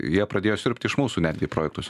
jie pradėjo siurbti iš mūsų netgi projektus